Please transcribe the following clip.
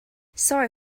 sorry